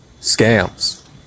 scams